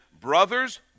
brothers